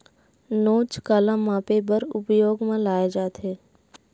नोच काला मापे बर उपयोग म लाये जाथे?